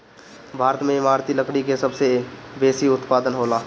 भारत में इमारती लकड़ी के सबसे बेसी उत्पादन होला